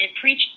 preach